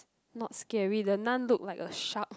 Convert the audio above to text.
not scary the Nun look like a shark